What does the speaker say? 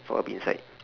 what would be inside